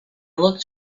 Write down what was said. looked